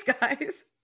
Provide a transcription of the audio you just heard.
guys